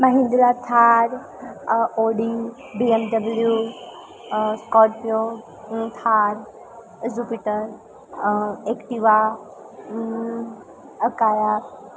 Mahindra Thar Audi BMW Scorpio Thar Jupiter Activa અકારા